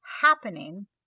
happening